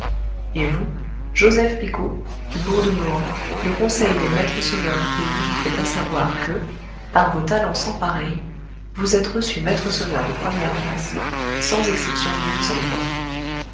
et vous joseph picot du bourg de nohant le conseil des maîtres sonneurs du pays vous fait assavoir que par vos talents sans pareils vous êtes reçu maître sonneur de première classe sans exception d'une seule voix